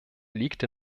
liegt